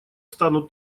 станут